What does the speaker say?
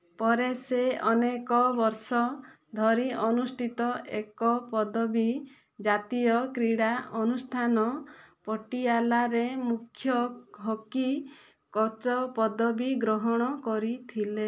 ପରେ ସେ ଅନେକ ବର୍ଷ ଧରି ଅନୁଷ୍ଠିତ ଏକ ପଦବୀ ଜାତୀୟ କ୍ରୀଡ଼ା ଅନୁଷ୍ଠାନ ପଟିଆଲାରେ ମୁଖ୍ୟ ହକି କୋଚ ପଦବୀ ଗ୍ରହଣ କରିଥିଲେ